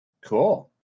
Cool